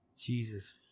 Jesus